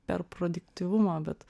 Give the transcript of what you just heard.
per produktyvumą bet